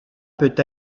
peut